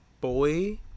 boy